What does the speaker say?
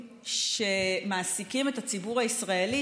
שמעסיקים את הציבור הישראלי,